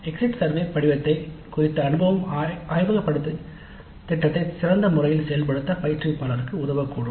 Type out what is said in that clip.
exit survey படிவத்தை குறித்த அனுபவம் ஆய்வக பாடத்திட்டத்தை சிறந்த முறையில் செயல்படுத்த பயிற்றுவிப்பாளருக்கு உதவக்கூடும்